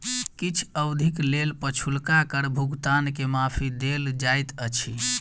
किछ अवधिक लेल पछुलका कर भुगतान के माफी देल जाइत अछि